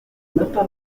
mapa